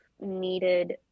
needed